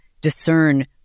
discern